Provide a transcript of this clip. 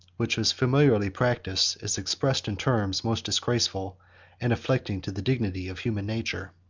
which was familiarly practised, is expressed in terms most disgraceful and afflicting to the dignity of human nature.